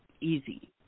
easy